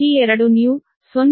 8719 p